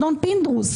אדון פינדרוס,